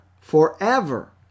forever